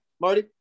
Marty